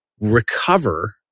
recover